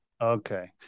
Okay